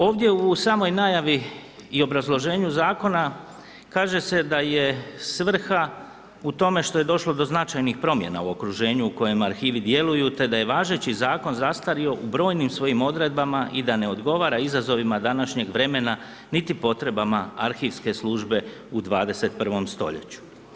Ovdje u samoj najavi i obrazloženju zakona kaže se da je svrha u tome što je došlo do značajnih promjena u okruženju u kojem arhivi djeluju, te da je važeći zakon zastario u brojnim svojim odredbama i da ne odgovara izazovima današnjeg vremena, niti potrebama arhivske službe u 21. stoljeću.